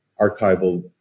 archival